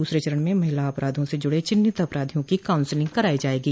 दूसरे चरण में महिला अपराधों से जुड़े चिन्हित अपराधियों की कांउसिलिंग करायी जायेगी